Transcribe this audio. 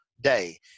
day